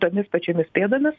tomis pačiomis pėdomis